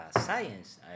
science